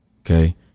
Okay